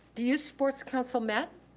youth sports council met,